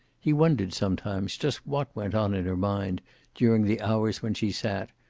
he wondered sometimes just what went on in her mind during the hours when she sat,